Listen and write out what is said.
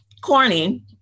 Corny